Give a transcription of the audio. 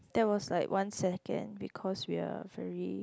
that was like one second because we are very